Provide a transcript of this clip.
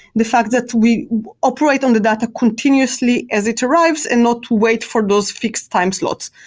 the fact that we operate on the data continuously as it arrives and not wait for those fixed time slots.